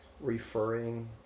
referring